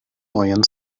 neuen